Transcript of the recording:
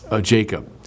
Jacob